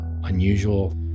unusual